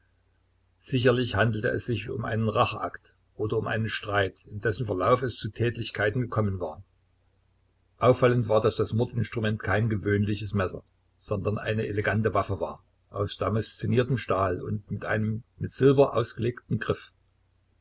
sicherlich handelte es sich um einen racheakt oder um einen streit in dessen verlauf es zu tätlichkeiten gekommen war auffallend war daß das mordinstrument kein gewöhnliches messer sondern eine elegante waffe war aus damasziniertem stahl und mit einem mit silber ausgelegten griff